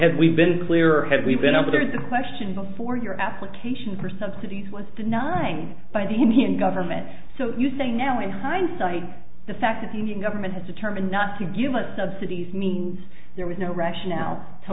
head we've been clear headed we've been over there is the question before your application for subsidies was denying by the government so you say now in hindsight the fact that the new government has determined not to give us subsidies means there was no rationale to